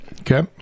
Okay